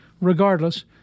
Regardless